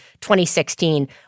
2016